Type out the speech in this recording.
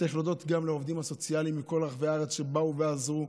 צריך להודות גם לעובדים הסוציאליים מכל רחבי הארץ שבאו ועזרו,